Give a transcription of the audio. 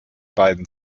beiden